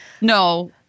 No